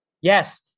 Yes